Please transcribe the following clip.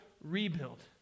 rebuild